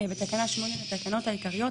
בתקנה 8 לתקנות העיקריות,